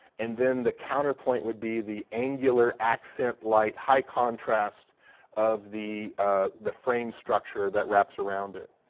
and then the counterpoint would be the angular accent light high contrast of the ah the frame structure that wraps around it.